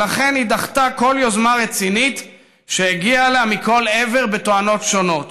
ולכן היא דחתה כל יוזמה רצינית שהגיעה אליה מכל עבר בתואנות שונות.